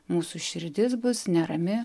mūsų širdis bus nerami